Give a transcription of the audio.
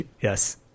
Yes